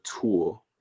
tool